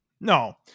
No